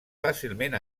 fàcilment